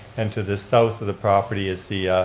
and to the south of the property is the,